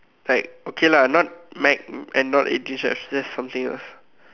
like okay lah not Mac and not eighteen chefs just something else